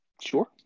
Sure